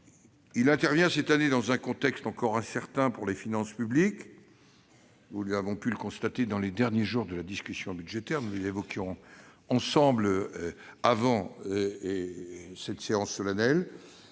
Il intervient cette année dans un contexte encore incertain pour les finances publiques, comme nous avons pu le constater dans les derniers jours de la discussion budgétaire- nous l'évoquions ensemble avant cette séance solennelle.